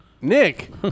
Nick